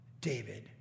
David